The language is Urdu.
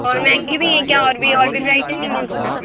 اور مہنگی بھی ہیں کیا اور بھی اور بھی ورائٹی نہیں ہیں اس میں